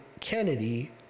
kennedy